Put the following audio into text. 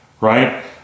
right